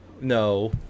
no